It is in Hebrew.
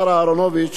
שהיה נחרץ